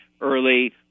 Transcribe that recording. early